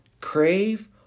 crave